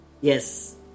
Yes